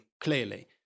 clearly